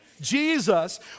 Jesus